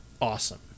awesome